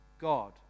God